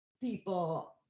people